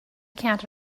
can’t